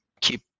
keep